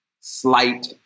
slight